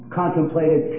contemplated